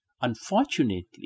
Unfortunately